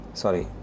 sorry